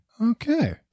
Okay